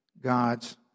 God's